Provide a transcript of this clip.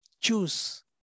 choose